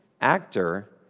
actor